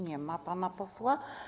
Nie ma pana posła.